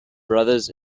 brothers